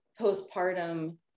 postpartum